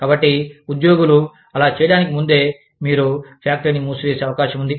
కాబట్టి ఉద్యోగులు అలా చేయడానికి ముందే మీరు మీ ఫ్యాక్టరీని మూసివేసే అవకాశం ఉంది